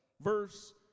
verse